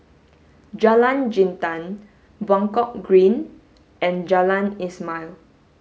Jalan Jintan Buangkok Green and Jalan Ismail